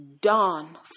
done